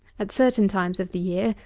at certain times of the year,